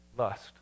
Lust